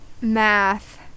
math